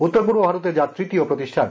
উত্তর পূর্ব ভারতে যা তৃতীয় প্রতিষ্ঠান